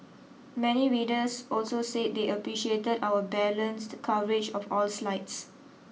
many readers also said they appreciated our balanced coverage of all slides